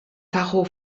tacho